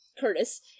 Curtis